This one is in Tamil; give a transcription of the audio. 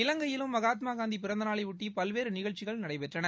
இலங்கையிலும் மகாத்மா காந்தி பிறந்த நாளையொட்டி பல்வேறு நிகழ்ச்சிகள் நடைபெற்றன